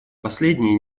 последние